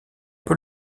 peut